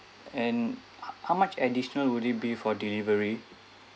and how much additional would it be for delivery